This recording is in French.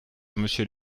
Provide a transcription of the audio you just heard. monsieur